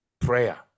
prayer